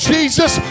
Jesus